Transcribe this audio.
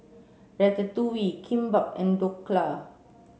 Ratatouille Kimbap and Dhokla